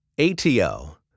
ATO